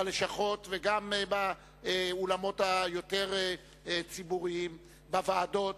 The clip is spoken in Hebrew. בלשכות וגם באולמות היותר ציבוריים, בוועדות.